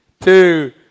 two